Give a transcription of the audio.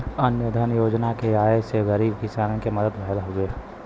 अन्न धन योजना के आये से गरीब किसान के मदद भयल हउवे